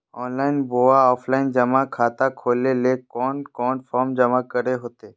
Online बोया offline जमा खाता खोले ले कोन कोन फॉर्म जमा करे होते?